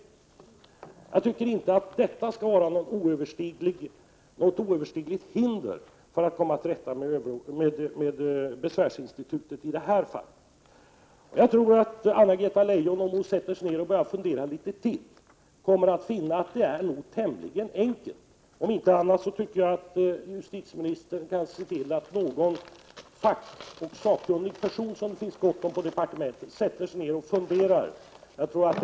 Jag tycker inte att detta skall vara något oöverstigligt hinder för att i det här fallet komma till rätta med besvärsinstitutet. Jag tror att om Anna-Greta Leijon sätter sig ner och börjar fundera litet mera, så kommer hon nog att finna att problemet är tämligen enkelt att lösa. Om inte annat tycker jag att justitieministern kan se till att någon av de fackoch sakkunniga personer som det finns gott om på departementet sätter sig ner och funderar.